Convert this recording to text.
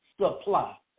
supply